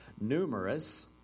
numerous